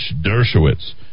Dershowitz